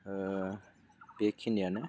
बेखिनियानो